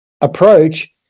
approach